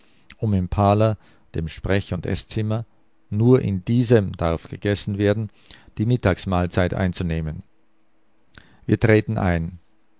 um im parlour sprech und eßzimmer nur in diesem darf gegessen werden die mittagsmahlzeit einzunehmen wir treten ein